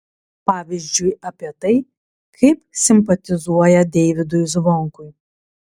pavyzdžiui apie tai kaip simpatizuoja deivydui zvonkui